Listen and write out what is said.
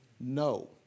No